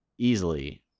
easily